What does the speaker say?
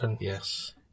Yes